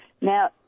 Now